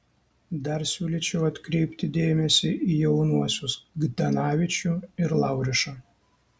dar siūlyčiau atkreipti dėmesį į jaunuosius kdanavičių ir laurišą